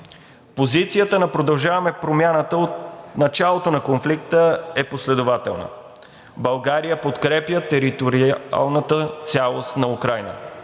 Позицията на „Продължаваме Промяната“ от началото на конфликта е последователна – България подкрепя териториалната цялост на Украйна;